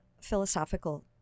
philosophical